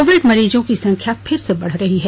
Covid मरीजों की संख्या फिर से बढ़ रही है